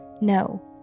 No